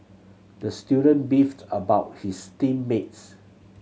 the student beefed about his team mates